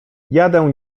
jadę